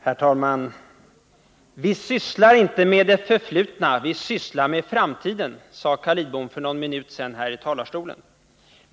Herr talman! Vi sysslar inte med det förflutna, utan vi sysslar med framtiden, sade Carl Lidbom för någon minut sedan här i talarstolen.